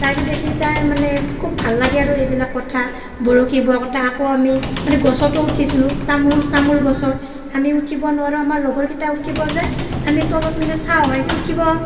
তাৰপিছত এইকেইটাই মানে খুব ভাল লাগে আৰু এইবিলাক কথা বৰশী বোৱাৰ কথা আকৌ আমি মানে গছতো উঠিছিলোঁ তামোল তামোল গছত আমি উঠিব নোৱাৰোঁ আমাৰ লগৰ কেইটা উঠিব যায় আমি তলত মানে চাওঁ সেনেকে উঠিব